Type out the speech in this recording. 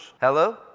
Hello